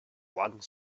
one